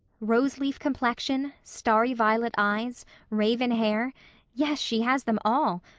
rose-leaf complexion starry violet eyes raven hair yes, she has them all.